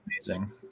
amazing